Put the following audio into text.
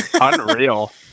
Unreal